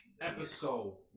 episode